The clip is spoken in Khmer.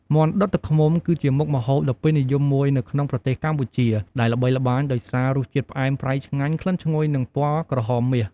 មាន់ដុតទឹកឃ្មុំ គឺជាមុខម្ហូបដ៏ពេញនិយមមួយនៅក្នុងប្រទេសកម្ពុជា ដែលល្បីល្បាញដោយសាររសជាតិផ្អែមប្រៃឆ្ងាញ់ ក្លិនឈ្ងុយ និងពណ៌ក្រហមមាស។